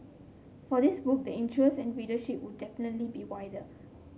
for this book the interest and readership would definitely be wider